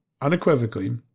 unequivocally